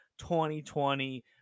2020